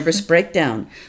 breakdown